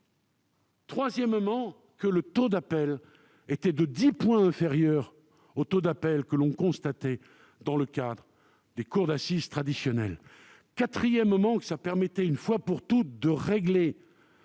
Troisièmement, que le taux d'appel était de dix points inférieur au taux d'appel que l'on constatait dans le cadre des cours d'assises traditionnelles. Quatrièmement, que cela permettait une fois pour toutes de régler